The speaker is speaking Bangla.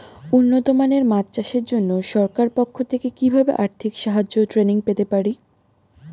উন্নত মানের মাছ চাষের জন্য সরকার পক্ষ থেকে কিভাবে আর্থিক সাহায্য ও ট্রেনিং পেতে পারি?